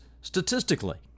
statistically